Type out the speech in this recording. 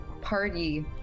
party